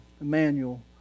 Emmanuel